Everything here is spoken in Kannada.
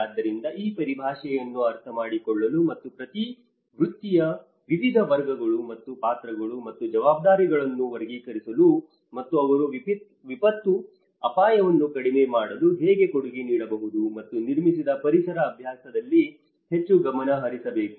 ಆದ್ದರಿಂದ ಈ ಪರಿಭಾಷೆಯನ್ನು ಅರ್ಥಮಾಡಿಕೊಳ್ಳಲು ಮತ್ತು ಪ್ರತಿ ವೃತ್ತಿಯ ವಿವಿಧ ವರ್ಗಗಳು ಮತ್ತು ಪಾತ್ರಗಳು ಮತ್ತು ಜವಾಬ್ದಾರಿಗಳನ್ನು ವರ್ಗೀಕರಿಸಲು ಮತ್ತು ಅವರು ವಿಪತ್ತು ಅಪಾಯವನ್ನು ಕಡಿಮೆ ಮಾಡಲು ಹೇಗೆ ಕೊಡುಗೆ ನೀಡಬಹುದು ಮತ್ತು ನಿರ್ಮಿಸಿದ ಪರಿಸರ ಅಭ್ಯಾಸದಲ್ಲಿ ಹೆಚ್ಚು ಗಮನಹರಿಸಬೇಕು